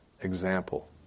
Example